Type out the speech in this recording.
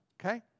Okay